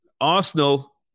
Arsenal